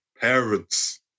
parents